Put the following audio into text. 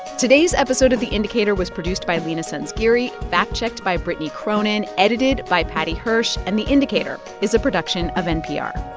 today's episode of the indicator was produced by leena sanzgiri, fact-checked by brittany cronin, edited by paddy hirsch. and the indicator is a production of npr